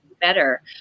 better